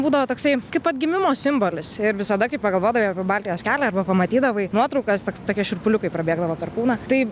būdavo toksai kaip atgimimo simbolis ir visada kai pagalvodavai apie baltijos kelią arba pamatydavai nuotraukas toks tokie šiurpuliukai prabėgdavo per kūną tai